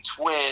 twin